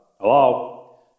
hello